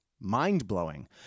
mind-blowing